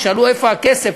כששאלו איפה הכסף,